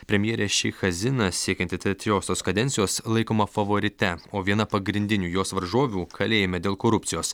premjerė šich hazina siekianti trečiosios kadencijos laikoma favorite o viena pagrindinių jos varžovių kalėjime dėl korupcijos